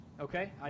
Okay